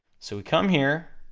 so we come here,